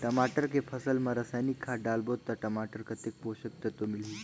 टमाटर के फसल मा रसायनिक खाद डालबो ता टमाटर कतेक पोषक तत्व मिलही?